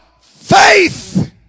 faith